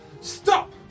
stop